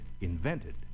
invented